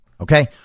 okay